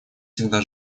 всегда